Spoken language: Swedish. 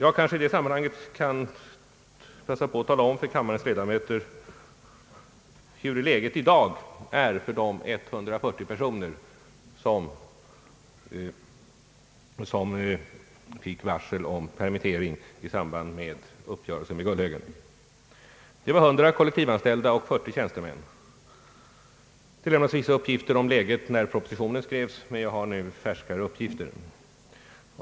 I det sammanhanget kan jag passa på att tala om för kammarens ledamöter hur läget i dag är för de 140 personer som fick varsel om permittering i samband med uppgörelsen med Gullhögen. Det var 100 kollektivavtalsanställda och 40 tjänstemän. Vissa uppgifter om läget lämnades när propositionen skrevs, men jag har nu färskare uppgifter.